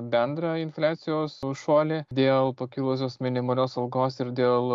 bendrą infliacijos šuolį dėl pakilusios minimalios algos ir dėl